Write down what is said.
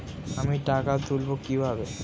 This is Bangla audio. আমি টাকা তুলবো কি ভাবে?